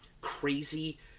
crazy